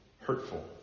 hurtful